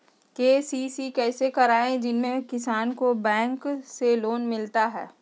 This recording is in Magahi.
के.सी.सी कैसे कराये जिसमे किसान को बैंक से लोन मिलता है?